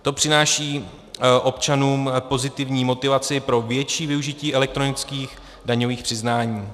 To přináší občanům pozitivní motivaci pro větší využití elektronických daňových přiznání.